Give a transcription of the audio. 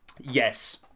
Yes